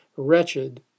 wretched